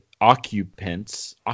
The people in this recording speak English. occupants